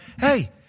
hey